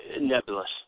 nebulous